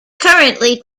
currently